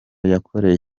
yakoreye